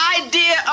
idea